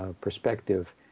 perspective